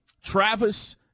Travis